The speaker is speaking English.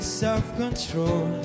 self-control